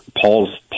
Paul's